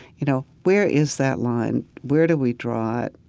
you know, where is that line? where do we draw it?